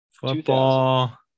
Football